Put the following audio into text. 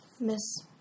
Miss